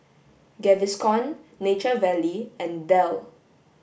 Gaviscon Nature Valley and Dell